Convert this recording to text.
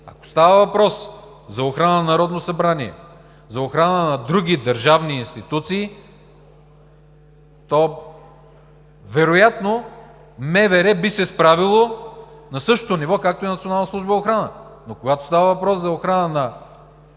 Ако става въпрос за охрана на Народното събрание, за охрана на други държавни институции, то вероятно МВР би се справило на същото ниво, както и Националната служба за охрана.